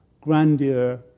grandeur